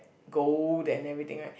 gold and everything right